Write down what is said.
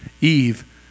Eve